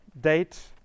Date